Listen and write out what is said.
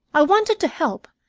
i wanted to help,